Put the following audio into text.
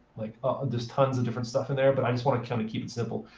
like ah just tons of different stuff in there. but i just want to kind of keep it simple.